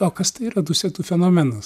o kas tai yra dusetų fenomenas